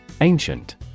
Ancient